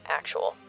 actual